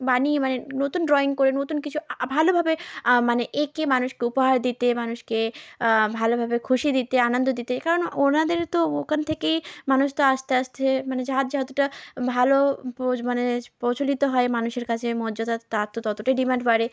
বানিয়ে মানে নতুন ড্রয়িং করে নতুন কিছু ভালোভাবে মানে এঁকে মানুষকে উপহার দিতে মানুষকে ভালোভাবে খুশি দিতে আনন্দ দিতে কারণ ওনাদের তো ওখান থেকেই মানুষ তো আস্তে আস্তে মানে যার যতটা ভালো পো মানে প্রচলিত হয় মানুষের কাছে মর্যাদা তার তো ততটাই ডিমান্ড বাড়ে